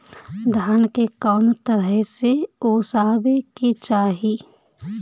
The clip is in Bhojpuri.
धान के कउन तरह से ओसावे के चाही?